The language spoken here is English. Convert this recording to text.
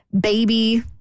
baby